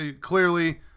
clearly